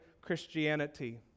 Christianity